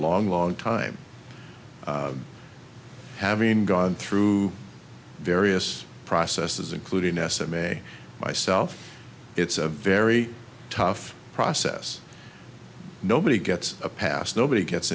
long long time having gone through various processes including s m a myself it's a very tough process nobody gets a pass nobody gets